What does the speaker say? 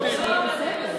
לא,